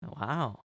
Wow